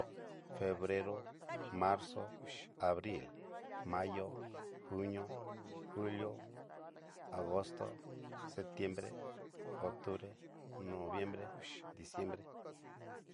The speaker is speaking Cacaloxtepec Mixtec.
Febrero, marzo, abril, mayo, junio, julio, agosto, septiembre, octubre, noviembre, diciembre.